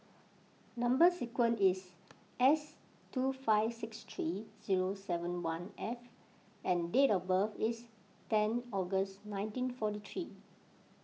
Number Sequence is S two five six three zero seven one F and date of birth is ten August nineteen forty three